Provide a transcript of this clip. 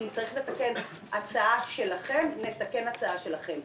אם צריך לתקן הצעה שלכם, נתקן הצעה שלכם.